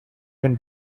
can